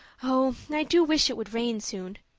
oh, i do wish it would rain soon,